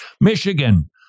Michigan